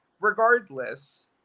regardless